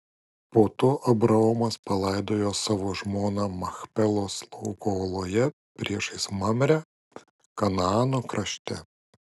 po to abraomas palaidojo savo žmoną machpelos lauko oloje priešais mamrę kanaano krašte